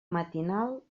matinal